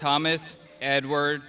thomas edward